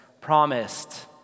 promised